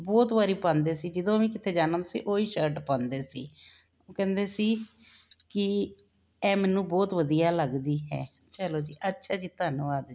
ਬਹੁਤ ਵਾਰੀ ਪਾਂਦੇ ਸੀ ਜਦੋਂ ਵੀ ਕਿਤੇ ਜਾਣਾ ਉਹੀ ਸ਼ਰਟ ਪਾਂਦੇ ਸੀ ਉਹ ਕਹਿੰਦੇ ਸੀ ਕੀ ਐਹ ਮੈਨੂੰ ਬਹੁਤ ਵਧੀਆ ਲੱਗਦੀ ਹੈ ਚਲੋ ਜੀ ਅੱਛਾ ਜੀ ਧੰਨਵਾਦ ਜੀ